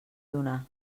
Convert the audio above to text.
donar